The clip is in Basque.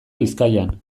bizkaian